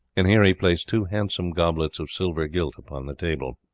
and here he placed two handsome goblets of silver gilt upon the table.